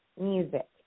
music